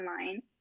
online